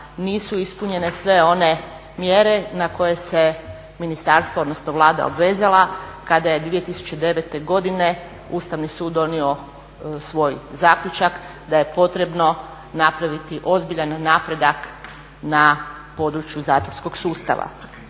nisu ispunjene sve one mjere na koje se ministarstvo, odnosno Vlada obvezala kada je 2009. godine Ustavni sud donio svoj zaključak da je potrebno napraviti ozbiljan napredak na području zatvorskog sustava